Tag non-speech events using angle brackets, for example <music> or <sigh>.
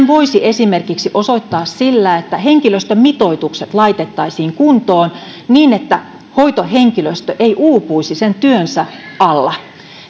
<unintelligible> voisi osoittaa esimerkiksi sillä että henkilöstömitoitukset laitettaisiin kuntoon niin että hoitohenkilöstö ei uupuisi sen työnsä alla